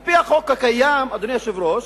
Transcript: על-פי החוק הקיים, אדוני היושב-ראש,